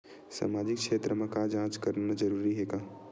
सामाजिक क्षेत्र म जांच करना जरूरी हे का?